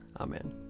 Amen